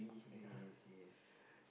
yes yes